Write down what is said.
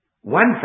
One